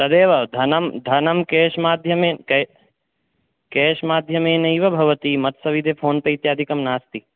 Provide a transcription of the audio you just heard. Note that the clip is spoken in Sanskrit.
तदेव धनं धनं केश् माध्यमेन केश् माध्यमेनैव भवति मत्सविधे फ़ोन्पे इत्यादिकं नास्ति